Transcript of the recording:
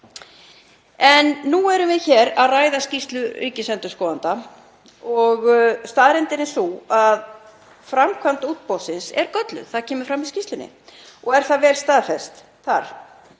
Nú erum við hér að ræða skýrslu ríkisendurskoðanda og staðreyndin er sú að framkvæmd útboðsins er gölluð. Það kemur fram í skýrslunni og er vel staðfest þar.